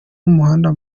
n’umuhanda